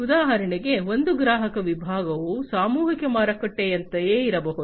ಉದಾಹರಣೆಗೆ ಒಂದು ಗ್ರಾಹಕ ವಿಭಾಗವು ಸಾಮೂಹಿಕ ಮಾರುಕಟ್ಟೆಯಂತೆಯೇ ಇರಬಹುದು